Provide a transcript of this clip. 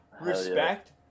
respect